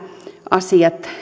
asiat